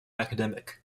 academic